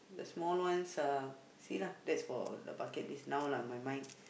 the small ones uh see lah that's for the bucket list now lah my mind